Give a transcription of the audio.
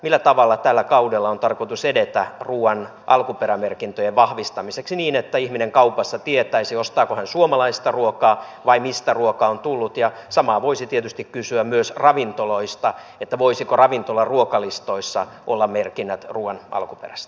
millä tavalla tällä kaudella on tarkoitus edetä ruuan alkuperämerkintöjen vahvistamiseksi niin että ihminen kaupassa tietäisi ostaako hän suomalaista ruokaa vai mistä ruoka on tullut ja samaa voisi tietysti kysyä myös ravintoloista että voisiko ravintoloiden ruokalistoissa olla merkinnät ruuan alkuperästä